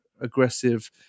aggressive